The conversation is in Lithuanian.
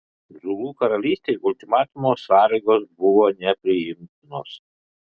zulų karalystei ultimatumo sąlygos buvo nepriimtinos